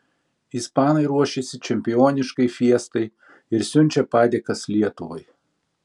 ispanai ruošiasi čempioniškai fiestai ir siunčia padėkas lietuvai